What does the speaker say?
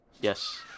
Yes